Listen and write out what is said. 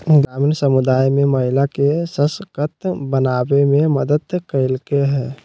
ग्रामीण समुदाय में महिला के सशक्त बनावे में मदद कइलके हइ